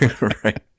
right